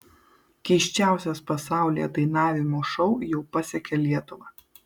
keisčiausias pasaulyje dainavimo šou jau pasiekė lietuvą